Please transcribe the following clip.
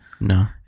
No